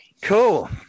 Cool